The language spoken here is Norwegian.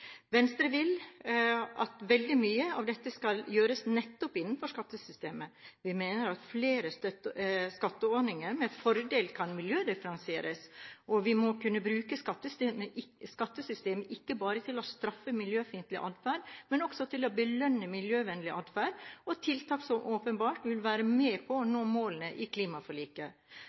Venstre vil at veldig mye at dette skal gjøres nettopp innenfor skattesystemet. Vi mener at flere skatteordninger med fordel kan miljødifferensieres, og vi må kunne bruke skattesystemet til ikke bare å straffe miljøfiendtlig adferd, men til også å belønne miljøvennlig adferd og tiltak som åpenbart vil være viktige for å nå målene i klimaforliket.